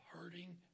hurting